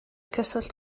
cyswllt